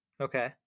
Okay